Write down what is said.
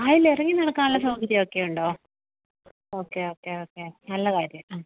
അതിൽ ഇറങ്ങി നടക്കാനുള്ള സൗകര്യം ഒക്കെ ഉണ്ടോ ഓക്കെ ഓക്കെ ഓക്കെ നല്ലകാര്യം ആ